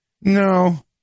No